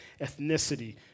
ethnicity